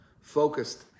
focused